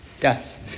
Yes